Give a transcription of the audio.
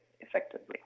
effectively